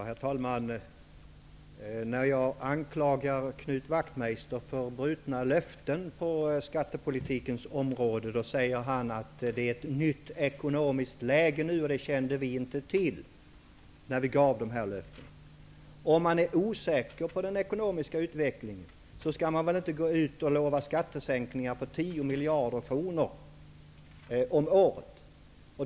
Herr talman! När jag anklagar Knut Wachtmeister för brutna löften på skattepolitikens område, säger han att det nu råder ett nytt ekonomiskt läge och att man inte kände till det när löftena gavs. Om man är osäker på den ekonomiska utvecklingen, skall man väl inte gå ut och lova skattesänkningar på 10 miljarder kronor om året?